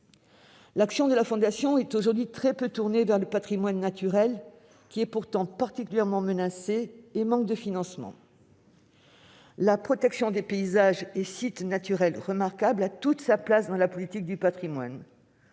L'action de la Fondation est aujourd'hui très peu tournée vers le patrimoine naturel, qui est pourtant particulièrement menacé et qui manque de financements. La protection des paysages et sites naturels remarquables a toute sa place dans la politique du patrimoine.